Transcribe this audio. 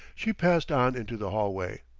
she passed on into the hallway.